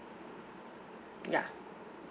ya